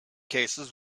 cases